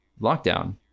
lockdown